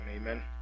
amen